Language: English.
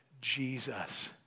Jesus